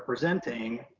ah presenting,